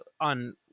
on